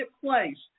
place